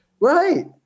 Right